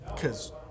Cause